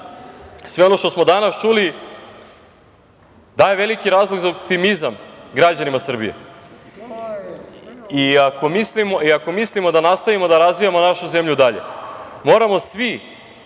sve ono što smo danas čuli daje veliki razlog za optimizam građanima Srbije. Ako mislimo da nastavimo da razvijamo našu zemlju dalje, moramo svi,